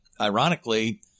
ironically